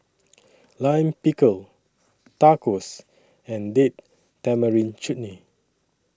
Lime Pickle Tacos and Date Tamarind Chutney